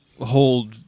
hold